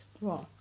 !wah!